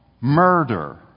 murder